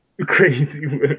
crazy